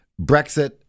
Brexit